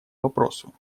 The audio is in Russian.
вопросу